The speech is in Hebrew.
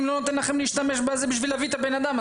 לא נותן לכם להשתמש בהן כדי להביא את הבן אדם.